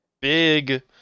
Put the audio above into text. big